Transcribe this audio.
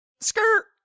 Skirt